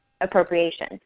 appropriation